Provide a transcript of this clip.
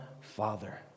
Father